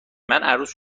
عروس